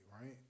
right